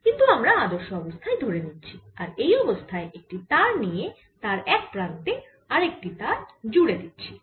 কিন্তু আমরা আদর্শ অবস্থা ধরে নিচ্ছি আর এই অবস্থায় একটি তার নিয়ে তার এক প্রান্তে আরেকটি তার জুড়ে দিচ্ছি